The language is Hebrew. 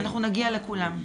אנחנו נגיע לכולם.